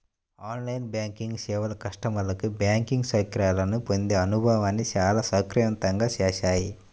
on line banking సేవలు కస్టమర్లకు banking సౌకర్యాలను పొందే అనుభవాన్ని చాలా సౌకర్యవంతంగా చేశాయి